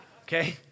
Okay